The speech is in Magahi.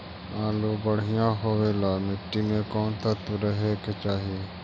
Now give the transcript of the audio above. आलु बढ़िया होबे ल मट्टी में कोन तत्त्व रहे के चाही?